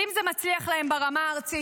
ואם זה מצליח להם ברמה הארצית,